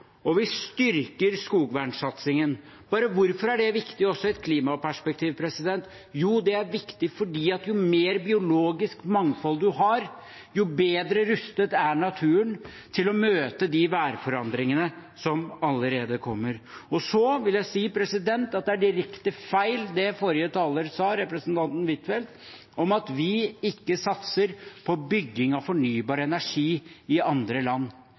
og vi styrker skogvernsatsingen. Hvorfor er det viktig også i et klimaperspektiv? Jo, det er viktig fordi jo mer biologisk mangfold man har, jo bedre rustet er naturen til å møte de værforandringene vi allerede ser komme. Så vil jeg si at det er direkte feil det forrige taler, representanten Huitfeldt, sa om at vi ikke satser på bygging av fornybar energi i andre land.